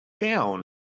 Down